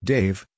Dave